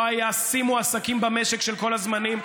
לא היה שיא של עסקים במשק בכל הזמנים,